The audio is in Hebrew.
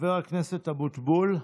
חבר הכנסת אבוטבול,